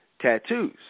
tattoos